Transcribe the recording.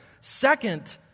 Second